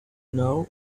now